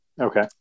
okay